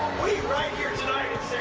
right here tonight